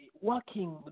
Working